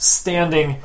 standing